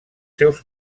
seus